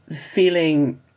feeling